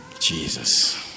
Jesus